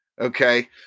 okay